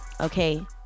Okay